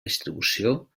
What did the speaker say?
distribució